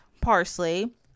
parsley